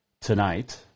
tonight